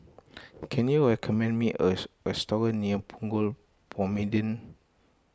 can you recommend me as a restaurant near Punggol Promenade